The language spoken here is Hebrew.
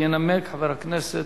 אני מציע שוועדת הכנסת,